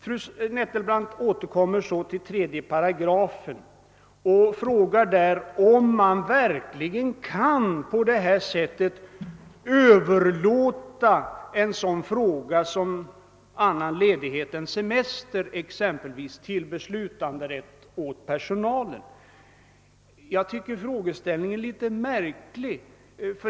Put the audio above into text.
Fru Nettelbrandt återkommer till 3 § och frågar om man verkligen kan överlåta en sådan fråga som exempelvis >annan ledighet än semester» till beslutanderätt åt personalen. Frågeställningen är något märklig.